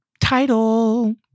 title